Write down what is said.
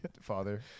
father